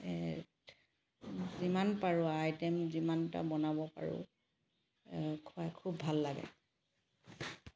যিমান পাৰো আ আইটেম যিমানটা বনাব পাৰো খুৱাই খুব ভাল লাগে